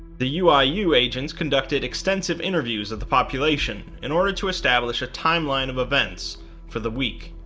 the uiu ah uiu agents conducted extensive interviews of the population in order to establish a timeline of events for the week.